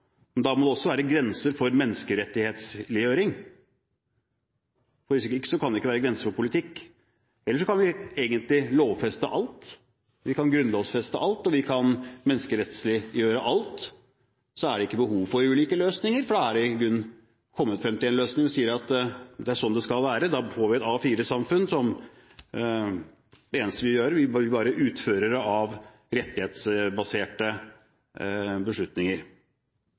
Men da må det også være grenser for menneskerettighetsliggjøring – hvis ikke kan det ikke være grenser for politikk, ellers kan vi egentlig lovfeste alt, grunnlovfeste alt og menneskerettighetsliggjøre alt. Da er det ikke behov for ulike løsninger, for da har vi i grunn kommet frem til én løsning og sier at det er slik det skal vi være. Da får vi et A4-samfunn hvor det eneste vi gjør, er å utføre rettighetsbaserte beslutninger.